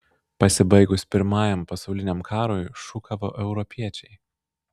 pasibaigus pirmajam pasauliniam karui šūkavo europiečiai